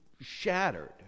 shattered